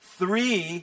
three